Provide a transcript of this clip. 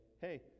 hey